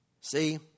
See